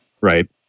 Right